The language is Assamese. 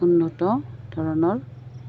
উন্নত ধৰণৰ